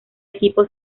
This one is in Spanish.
equipo